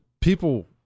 people